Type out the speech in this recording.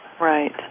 Right